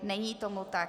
Není tomu tak.